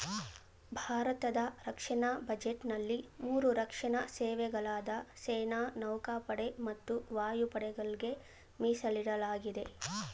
ಭಾರತದ ರಕ್ಷಣಾ ಬಜೆಟ್ನಲ್ಲಿ ಮೂರು ರಕ್ಷಣಾ ಸೇವೆಗಳಾದ ಸೇನೆ ನೌಕಾಪಡೆ ಮತ್ತು ವಾಯುಪಡೆಗಳ್ಗೆ ಮೀಸಲಿಡಲಾಗಿದೆ